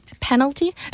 penalty